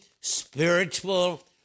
spiritual